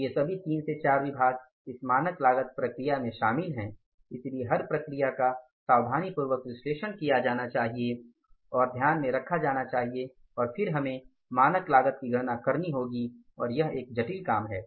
तो ये सभी तीन से चार विभाग इस मानक लागत प्रक्रिया में शामिल हैं इसलिए हर प्रक्रिया का सावधानीपूर्वक विश्लेषण किया जाना चाहिए ध्यान में रखा जाना चाहिए और फिर हमें मानक लागत की गणना करनी होगी और यह एक जटिल काम है